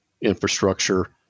infrastructure